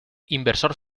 inversor